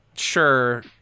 sure